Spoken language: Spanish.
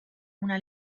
una